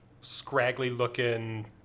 scraggly-looking